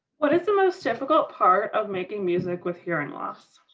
what is the most difficult part of making music with hearing loss?